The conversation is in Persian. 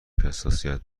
حساسیت